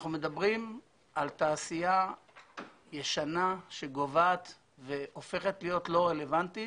אנחנו מדברים על תעשייה ישנה שגוועת והופכת להיות לא רלוונטית